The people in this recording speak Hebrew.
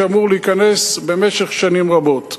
שאמור להיכנס במשך שנים רבות.